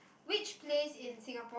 which place in Singapore